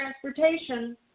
transportation